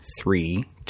three